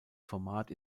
format